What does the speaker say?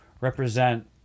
represent